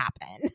happen